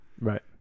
Right